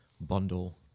bundle